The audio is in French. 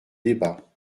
débat